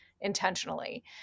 intentionally